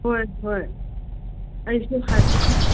ꯍꯣꯏ ꯍꯣꯏ ꯑꯩꯁꯨ